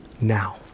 now